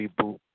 reboot